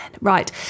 Right